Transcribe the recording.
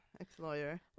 Ex-lawyer